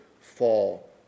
fall